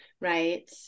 right